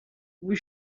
huit